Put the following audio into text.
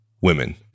women